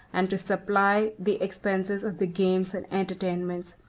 and to supply the expenses of the games and entertainments.